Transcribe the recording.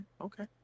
Okay